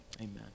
Amen